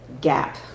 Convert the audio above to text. gap